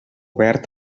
verd